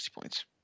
points